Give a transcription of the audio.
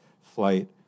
flight